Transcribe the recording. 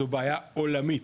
זו בעיה עולמית,